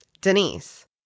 Denise